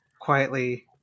quietly